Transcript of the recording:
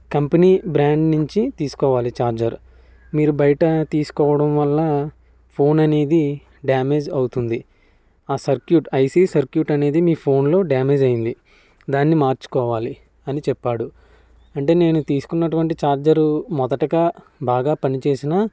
company brand నుంచి తీసుకోవాలి charger మీరు బయట తీసుకోవడం వల్ల ఫోన్ అనేది డ్యామేజ్ అవుతుంది ఆ సర్క్యూట్ ఐసి సర్క్యూట్ అనేది మీ ఫోన్లో డ్యామేజ్ అయింది దాన్ని మార్చుకోవాలి అని చెప్పాడు అంటే నేను తీసుకున్నటువంటి ఛార్జర్ మొదటగా బాగా పనిచేసిన